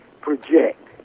project